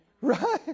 Right